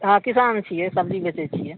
हँ किसान छियै सब्जी बेचय छियै